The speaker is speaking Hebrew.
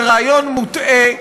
זה רעיון מוטעה,